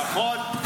נכון.